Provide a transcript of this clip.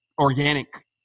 organic